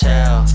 Tell